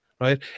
Right